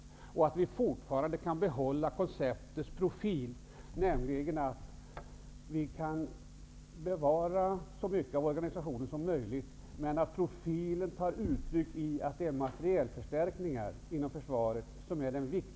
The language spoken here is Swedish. Det är också viktigt att kunna behålla det gamla konceptets profil, nämligen att så mycket som möjligt av organisationen skall bevaras och att tyngdpunkten skall ligga på materielförstärkningar inom försvaret.